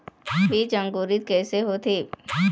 बीज अंकुरित कैसे होथे?